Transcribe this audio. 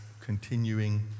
continuing